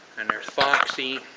and there's foxy.